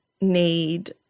need